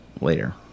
later